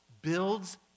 builds